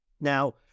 Now